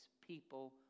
people